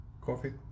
coffee